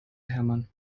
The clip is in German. hermann